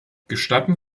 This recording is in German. gestatten